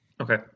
Okay